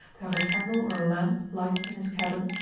to have a candle or lamp lighted in his cabin,